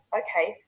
okay